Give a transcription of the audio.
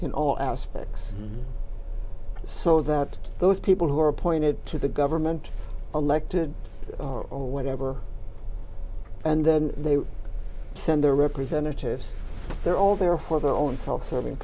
in all aspects so that those people who are appointed to the government elected or whatever and then they send their representatives they're all there for the and self serving